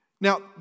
Now